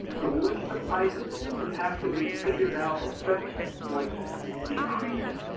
the list of items that would have to be figured out or fixed was decreasing